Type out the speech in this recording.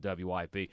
WIP